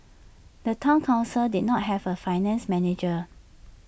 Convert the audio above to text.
the Town Council did not have A finance manager